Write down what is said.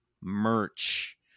merch